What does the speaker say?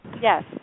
Yes